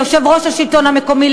ליושב-ראש השלטון המקומי,